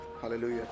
Hallelujah